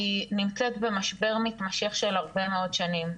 היא נמצאת במשבר מתמשך של הרבה מאוד שנים.